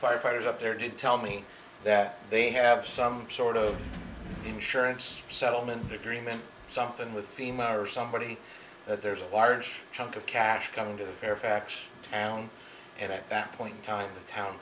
firefighters up there did tell me that they have some sort of insurance settlement agreement something with female or somebody that there's a large chunk of cash coming to the fairfax town and at that point in time the town